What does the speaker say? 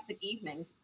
evening